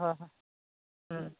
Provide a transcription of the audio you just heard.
ꯍꯣꯏ ꯍꯣꯏ ꯎꯝ